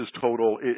total